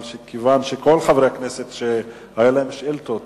אבל כיוון שכל חברי הכנסת שהיו להם שאילתות